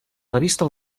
revista